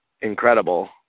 incredible